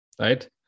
right